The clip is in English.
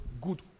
good